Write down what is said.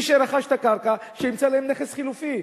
מי שרכש את הקרקע, שימצא להם נכס חלופי.